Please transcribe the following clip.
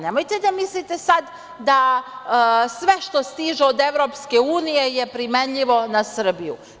Nemojte sad da mislite da sve što stiže od EU je primenljivo na Srbiju.